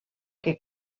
que